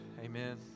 Amen